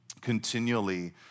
continually